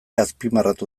azpimarratu